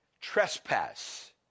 trespass